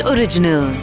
Original